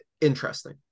interesting